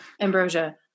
Ambrosia